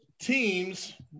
teams